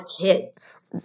kids